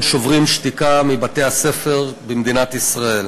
"שוברים שתיקה" מבתי-הספר במדינת ישראל.